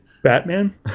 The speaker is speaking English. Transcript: Batman